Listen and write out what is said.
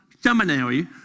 Seminary